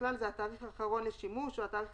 ובכלל זה התאריך האחרון לשימוש או התאריך